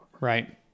right